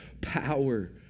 power